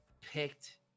picked